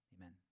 Amen